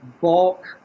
bulk